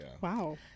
Wow